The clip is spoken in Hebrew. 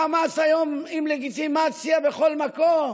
החמאס היום הוא עם לגיטימציה בכל מקום.